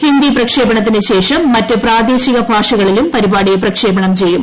ഹിന്ദി പ്രക്ഷേപണത്തിന് ശേഷം മറ്റ് പ്രാദേശിക ഭൂജ്ഷകളിലും പരിപാടി പ്രക്ഷേപണം ചെയ്യും